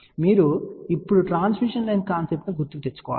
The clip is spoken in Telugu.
మీరు ఇప్పుడు ట్రాన్స్మిషన్ లైన్ కాన్సెప్ట్ ను గుర్తుకు తెచ్చుకోవాలి